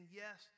yes